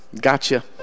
Gotcha